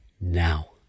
now